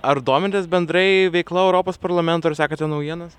ar domitės bendrai veikla europos parlamento ar sekate naujienas